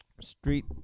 Street